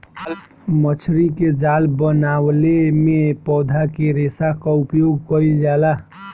मछरी के जाल बनवले में पौधा के रेशा क उपयोग कईल जाला